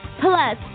plus